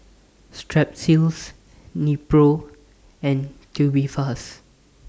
Strepsils Nepro and Tubifast